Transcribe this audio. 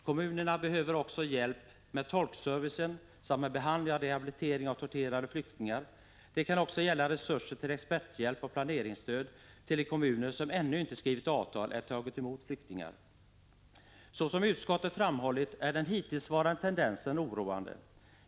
Kommunerna behöver också hjälp med tolkservice samt med behandling och rehabilitering av torterade flyktingar. De kommuner som ännu inte skrivit avtal eller tagit emot flyktingar kan också behöva resurser till experthjälp och planeringsstöd. Såsom utskottet framhållit är den hittillsvarande tendensen oroande.